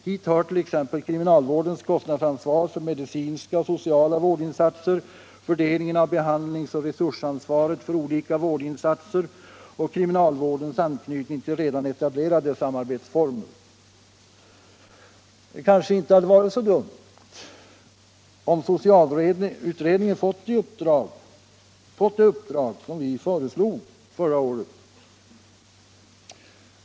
Hit hör t.ex. kriminalvårdens kostnadsansvar för medicinska och sociala vårdinsatser, fördelningen av behandlingsoch resursansvaret för olika vårdinsatser och kriminalvårdens anknytning till redan etablerade samarbetsformer. Det kanske inte hade varit så dumt, om socialutredningen fått det uppdrag som vi föreslog förra året.